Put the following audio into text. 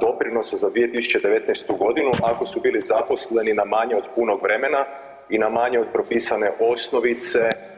doprinosa za 2019. g., ako su bili zaposleni na manje od punog vremena i na manje od propisane osnovice…